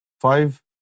five